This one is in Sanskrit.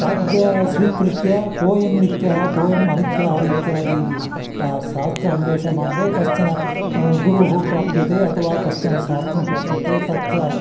तद् स्वीकृत्य कोयं नित्यं कोयम् अनित्यः इत्यादीनि शास्त्रान्वेषमाणे कश्चनः गुरुः प्राप्यते अथवा कश्चन शास्त्रं प्राप्यते तत्र